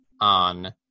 on